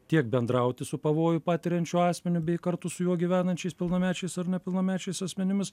tiek bendrauti su pavojų patiriančiu asmeniu bei kartu su juo gyvenančiais pilnamečiais ar nepilnamečiais asmenimis